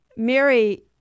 Mary